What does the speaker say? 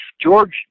George